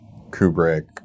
Kubrick